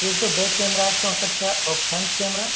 एक तो back camera है चौंसठ का और फ्रंट कैमरा